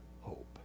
hope